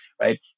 right